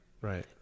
Right